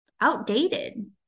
outdated